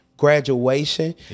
graduation